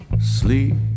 sleep